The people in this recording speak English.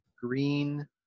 green